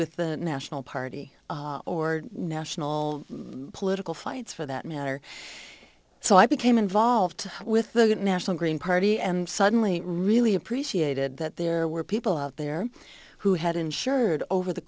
with the national party or national political fights for that matter so i became involved with the national green party and suddenly really appreciated that there were people out there who had insured over the